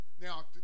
Now